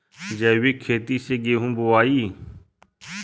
जैविक खेती से गेहूँ बोवाई